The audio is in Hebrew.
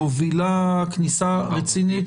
מובילה כניסה רצינית.